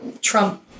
trump